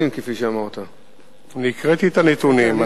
אני הקראתי את הנתונים,